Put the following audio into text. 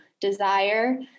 desire